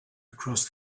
across